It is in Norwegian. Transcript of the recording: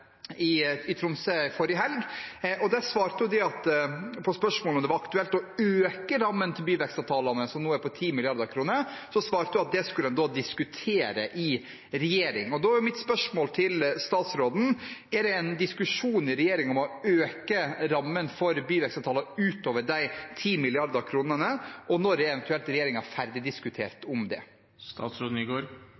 kr til Tromsø alene – altså ta hele rammen, som er for også de andre byene. Så ble Sandra Borch intervjuet om dette i iTromsø forrige helg. Der svarte hun, på spørsmålet om det var aktuelt å øke rammen til byvekstavtalene som nå er på 10 mrd. kr, at det skulle en diskutere i regjeringen. Da er mitt spørsmål til statsråden: Er det en diskusjon i regjeringen om å øke rammen for byvekstavtaler utover de 10 mrd. kr? Og når er